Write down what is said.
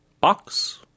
box